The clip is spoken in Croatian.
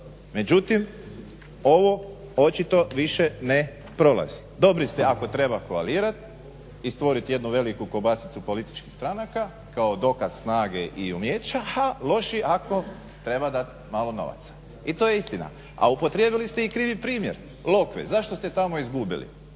Međutim ovo očito više ne prolazi, dobri ste ako treba koalirat i stvorit jednu veliku kobasicu političkih stranaka kao dokaz snage i umijeća, a loši ako treba dat malo novaca i to je istina. A upotrijebili ste i krivi primjer, Lokve, zašto ste tamo izgubili,